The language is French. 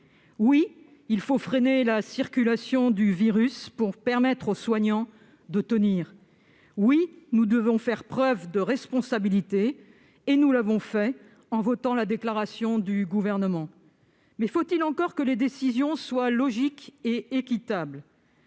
Oui, il faut freiner la circulation du virus pour permettre aux soignants de tenir. Oui, nous devons faire preuve de responsabilité, comme nous l'avons fait en votant la déclaration du Gouvernement. Toutefois, encore faut-il que les décisions soient logiques et équitables !